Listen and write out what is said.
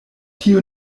tio